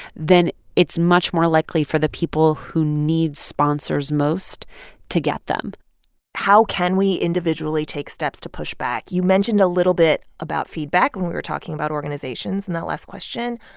then it's much more likely for the people who need sponsors most to get them how can we individually take steps to push back? you mentioned a little bit about feedback when we were talking about organizations in that last question.